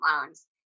loans